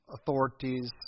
authorities